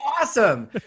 awesome